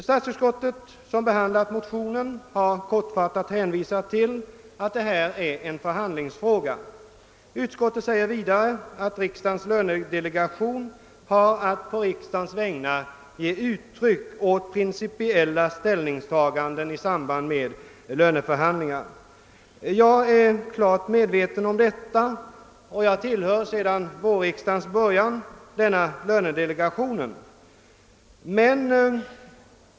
Statsutskottet som behandlat motionerna, har kortfattat hänvisat till att detta är en förhandlingsfråga. Utskottet säger vidare att riksdagens lönedelegation har att på riksdagens vägnar ge uttryck åt principiella ställningstaganden i samband med löneförhandlingar. Jag är klart medveten om detta, och jag tillhör sedan vårriksdagens början denna lönedelegation.